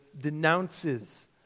denounces